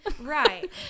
Right